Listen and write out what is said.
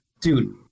dude